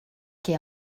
que